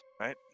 Right